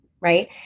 right